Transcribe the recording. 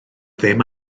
ddim